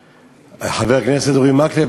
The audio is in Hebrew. חבר הכנסת אורי מקלב,